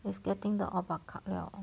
it's getting the ah bao ka liao